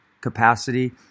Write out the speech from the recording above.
capacity